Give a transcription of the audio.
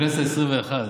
בכנסת העשרים-ואחת,